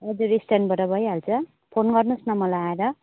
हजुर स्ट्यान्डबाट भइहाल्छ फोन गर्नुहोस् न मलाई आएर